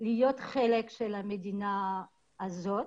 להיות חלק מהמדינה הזאת.